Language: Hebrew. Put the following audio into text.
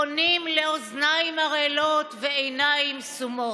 פונים לאוזניים ערלות ועיניים סומות,